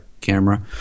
camera